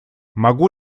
могу